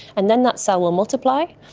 and then that cell will multiply,